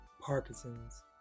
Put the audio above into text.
Parkinson's